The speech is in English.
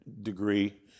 degree